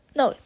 no